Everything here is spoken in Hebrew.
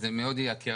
אז זה מאוד ייקר.